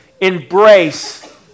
embrace